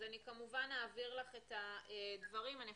אני אעביר לך את הדברים כי הדברים.